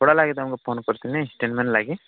କପଡ଼ା ଲାଗି ତମକୁ ଫୋନ୍ କରିଥିଲି ଲାଗି